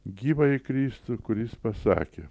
gyvąjį kristų kuris pasakė